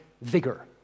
vigor